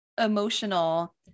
emotional